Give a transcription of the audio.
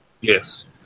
Yes